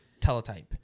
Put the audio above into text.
teletype